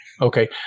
okay